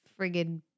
friggin